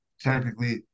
technically